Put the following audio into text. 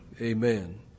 amen